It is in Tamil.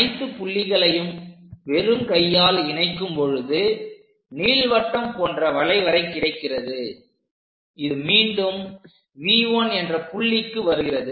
அனைத்து புள்ளிகளையும் வெறும் கையால் இணைக்கும் பொழுது நீள்வட்டம் போன்ற வளைவரை கிடைக்கிறது இது மீண்டும் V1 என்ற புள்ளிக்கு வருகிறது